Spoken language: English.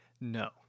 No